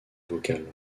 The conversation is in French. vocal